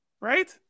right